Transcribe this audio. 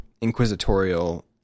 inquisitorial